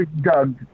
Doug